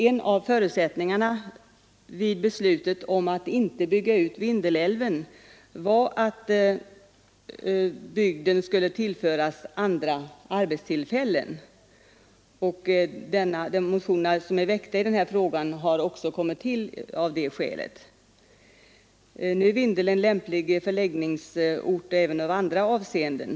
En av förutsättningarna vid beslutet om att inte bygga ut Vindelälven var att bygden skulle tillföras andra arbetstillfällen, och de motioner som är väckta i frågan har också kommit till av det skälet. Nu är Vindeln en lämplig förläggningsort även i andra avseenden.